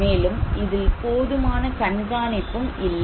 மேலும் இதில் போதுமான கண்காணிப்பும் இல்லை